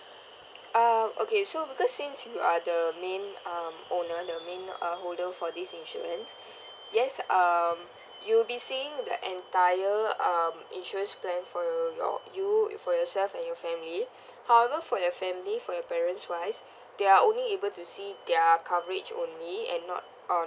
uh okay so because since you are the main um owners the main uh holder for this insurance yes um you'll be seeing the entire um insurance plan for your you for yourself and your family however for your family for your parents wise they are only able to see their coverage only and not on